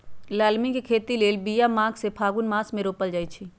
लालमि के खेती लेल बिया माघ से फ़ागुन मास मे रोपल जाइ छै